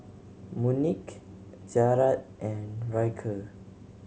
Monique Jarad and Ryker